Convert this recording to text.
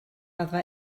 raddfa